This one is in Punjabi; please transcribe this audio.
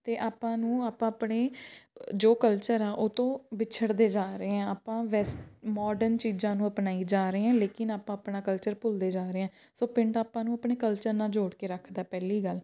ਅਤੇ ਆਪਾਂ ਨੂੰ ਆਪਾਂ ਆਪਣੇ ਜੋ ਕਲਚਰ ਆ ਉਹ ਤੋਂ ਵਿਛੜਦੇ ਜਾ ਰਹੇ ਹਾਂ ਆਪਾਂ ਵੈਸੇ ਮੋਡਰਨ ਚੀਜ਼ਾਂ ਨੂੰ ਅਪਣਾਈ ਜਾ ਰਹੇ ਹਾਂ ਲੇਕਿਨ ਆਪਾਂ ਆਪਣਾ ਕਲਚਰ ਭੁੱਲਦੇ ਜਾ ਰਹੇ ਹਾਂ ਸੋ ਪਿੰਡ ਆਪਾਂ ਨੂੰ ਆਪਣੇ ਕਲਚਰ ਨਾਲ ਜੋੜ ਕੇ ਰੱਖਦਾ ਪਹਿਲੀ ਗੱਲ